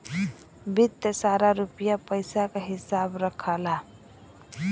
वित्त सारा रुपिया पइसा क हिसाब रखला